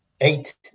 eight